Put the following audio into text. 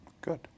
good